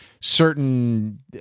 certain